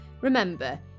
Remember